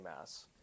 mass